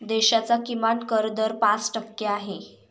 देशाचा किमान कर दर पाच टक्के आहे